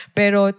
pero